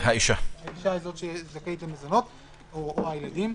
האישה היא זאת שזכאית למזונות או הילדים.